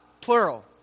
Plural